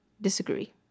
disagree